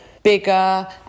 bigger